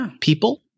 people